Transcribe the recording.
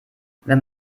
wenn